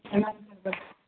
sir